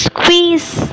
Squeeze